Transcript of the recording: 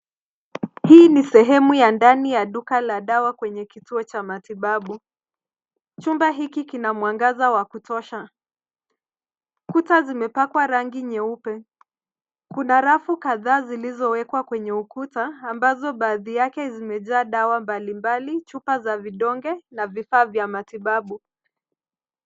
Hii ni sehemu ya ndani ya duka la dawa kwenye kituo cha matibabu. Chumba hiki kina mwangaza wa kutosha. Kuta zimepakwa rangi nyeupe. Kuna rafu kadhaa zilizowekwa kwenye ukuta ambazo baadhi yake zimejaa dawa mbalimbali, chupa za vidonge na vifaa vya matibabu.